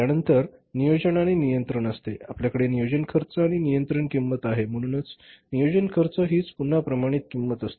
त्यानंतर नियोजन आणि नियंत्रण असते आपल्याकडे नियोजन खर्च आणि नियंत्रक किंमत आहे म्हणून नियोजन खर्च हीच पुन्हा प्रमाणित किंमत असते